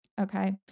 Okay